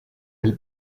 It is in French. elle